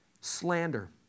Slander